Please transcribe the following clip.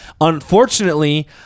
unfortunately